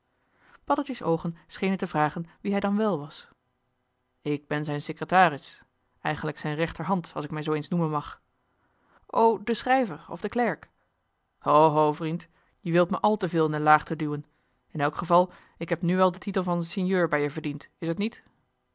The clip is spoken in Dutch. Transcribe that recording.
paddeltje's oogen schenen te vragen wie hij dan wèl was ik ben zijn secretaris eigenlijk zijn rechterhand als ik mij zoo eens noemen mag o de schrijver of de klerk ho ho vrind je wilt me al te veel in de laagte duwen in elk geval ik heb nu wel den titel van sinjeur bij je verdiend is t niet